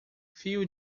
fio